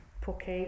Porque